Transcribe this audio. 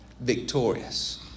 Victorious